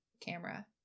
camera